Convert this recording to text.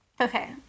Okay